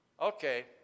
Okay